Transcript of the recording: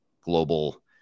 global